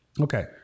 okay